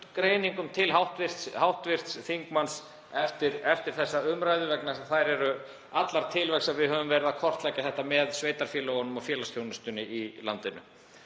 greiningum til hv. þingmanns eftir þessa umræðu. Þær eru allar til því að við höfum verið að kortleggja þetta með sveitarfélögunum og félagsþjónustunni í landinu.